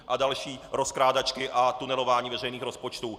A další rozkrádačky a tunelování veřejných rozpočtů.